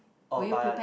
<(uh) but